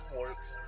works